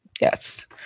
Yes